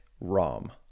ROM